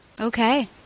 Okay